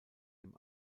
dem